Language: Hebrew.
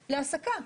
נמכרים להסקה.